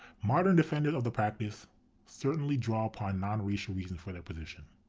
modern defenders of the practice certainly draw upon non-racial reasons for their position,